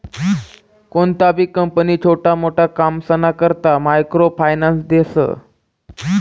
कोणतीबी कंपनी छोटा मोटा कामसना करता मायक्रो फायनान्स देस